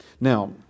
Now